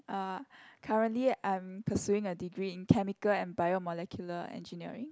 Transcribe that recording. uh currently I'm pursuing a degree in chemical and bio molecular engineering